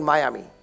Miami